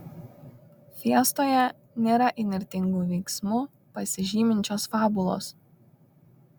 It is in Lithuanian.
fiestoje nėra įnirtingu veiksmu pasižyminčios fabulos